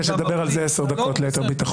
אני מציע שתדבר על זה עשר דקות, ליתר ביטחון.